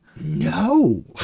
no